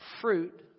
fruit